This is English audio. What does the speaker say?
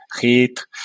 heat